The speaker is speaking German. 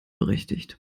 berechtigt